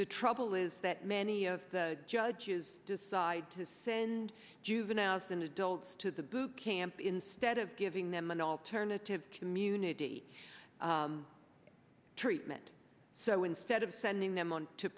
the trouble is that many of the judges decide to send juveniles and adults to the boot camp instead of giving them an alternative community treatment so instead of sending them on to